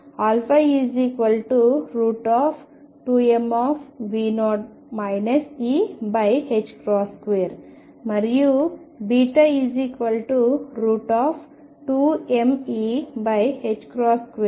α2m2 మరియు β2mE2 మరియు E0